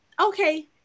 okay